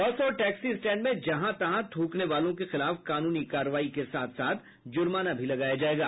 बस और taxi stand में जहां तहां थ्रकने वालों के खिलाफ कानूनी कार्रवाई के साथ साथ जुर्माना भी लगाया जायेगा